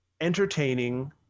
entertaining